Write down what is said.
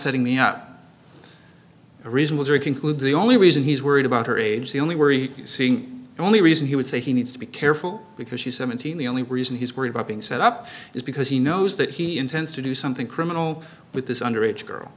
setting me up a reasonable jury conclude the only reason he's worried about her age the only we're seeing the only reason he would say he needs to be careful because she's seventeen the only reason he's worried about being set up is because he knows that he intends to do something criminal with this underage girl